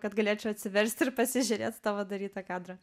kad galėčiau atsiverst ir pasižiūrėt į tavo darytą kadrą